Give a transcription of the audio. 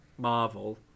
Marvel